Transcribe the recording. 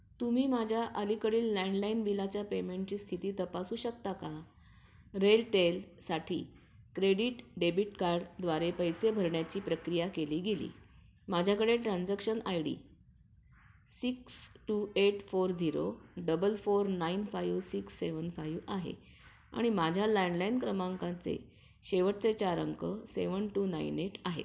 तुम्ही माझ्या अलीकडील लँडलाईन बिलाच्या पेमेंटची स्थिती तपासू शकता का रेलटेलसाठी क्रेडिट डेबिट कार्डद्वारे पैसे भरण्याची प्रक्रिया केली गेली माझ्याकडे transaction I D six two eight four zero double four nine five six seven five आहे आणि माझ्या लँडलाईन क्रमांकाचे शेवटचे चार अंक सेवन टू नाईन एट आहेत